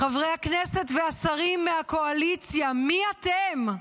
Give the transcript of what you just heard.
חברי הכנסת והשרים מהקואליציה, מי אתם?